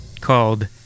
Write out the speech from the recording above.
called